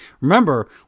Remember